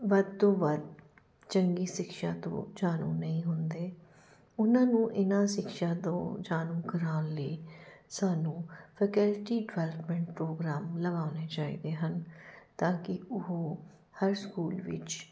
ਵੱਧ ਤੋਂ ਵੱਧ ਚੰਗੀ ਸਿਕਸ਼ਾ ਤੋਂ ਜਾਣੂ ਨਹੀਂ ਹੁੰਦੇ ਉਹਨਾਂ ਨੂੰ ਇਹਨਾਂ ਸ਼ਿਕਸ਼ਾ ਤੋਂ ਜਾਣੂ ਕਰਾਉਣ ਲਈ ਸਾਨੂੰ ਫਕੈਲਿਟੀ ਡਿਵੈਲਪਮੈਂਟ ਪ੍ਰੋਗਰਾਮ ਲਗਵਾਉਣੇ ਚਾਹੀਦੇ ਹਨ ਤਾਂਕਿ ਉਹ ਹਰ ਸਕੂਲ ਵਿੱਚ